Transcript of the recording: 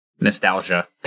nostalgia